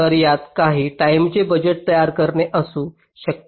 तर यात काही टाईमचे बजेट तयार करणे असू शकते